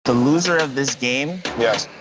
the loser of this game yes?